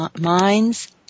minds